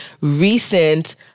recent